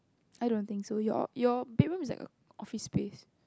I don't think so your your bedroom is like a office space